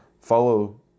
Follow